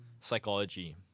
psychology